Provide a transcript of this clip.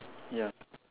ya